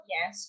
Yes